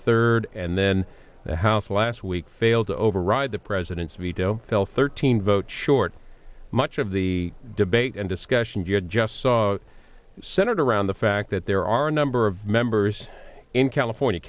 third and then the house last week failed to override the president's veto fell thirteen votes short much of the debate and discussion you had just saw senator around the fact that there are a number of members in california